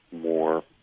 more